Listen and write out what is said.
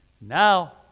Now